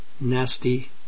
nasty